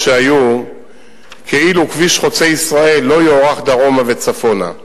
שהיו כאילו כביש חוצה-ישראל לא יוארך דרומה וצפונה,